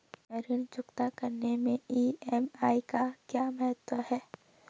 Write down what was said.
ऋण चुकता करने मैं ई.एम.आई का क्या महत्व है?